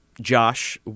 Josh